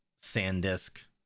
SanDisk